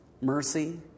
mercy